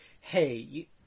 Hey